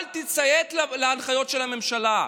אל תציית להנחיות של הממשלה,